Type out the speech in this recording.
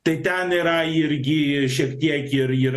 tai ten yra irgi šiek tiek ir ir